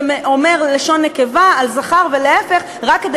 ואומר לשון נקבה על זכר ולהפך רק כדי